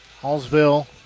Hallsville